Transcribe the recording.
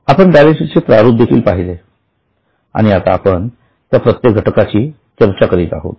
आपण बॅलन्सशीटचे प्रारूप देखील पाहिले आणि आता आपण त्या प्रत्येक घटकांची चर्चा करीत आहोत